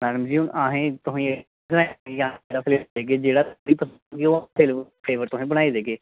आं जी मैडम जी असें ई तुसें ई जेह्ड़ा फ्लेवर पसंद औग ओह् फ्लेवर तुसेंगी पसंद औग